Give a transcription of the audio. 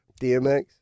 DMX